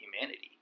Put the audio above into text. humanity